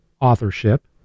authorship